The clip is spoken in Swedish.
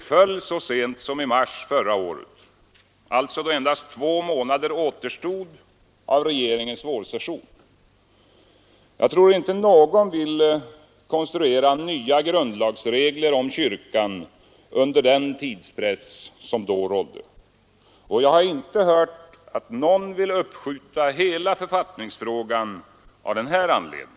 föll så sent som i mars förra året, alltså då endast två månader återstod av riksdagens vårsession. Jag tror inte någon vill konstruera nya grundlagsregler om kyrkan under sådan tidspress som rådde då, och jag har inte hört att någon vill uppskjuta hela författningsfrågan av den här anledningen.